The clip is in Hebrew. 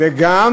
וגם